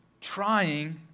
trying